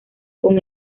con